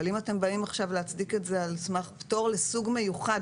אם אתם באים עכשיו להצדיק את זה על סמך פטור לסוג מיוחד,